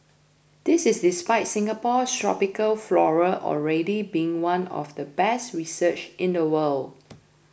this is despite Singapore's tropical flora already being one of the best researched in the world